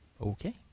Okay